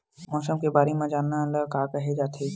मौसम के बारे म जानना ल का कहे जाथे?